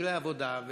מהגרי עבודה.